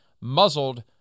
muzzled